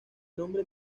nombre